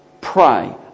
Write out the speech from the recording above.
Pray